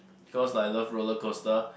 because I love roller coaster